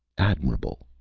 admirable,